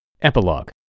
Epilogue